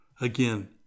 Again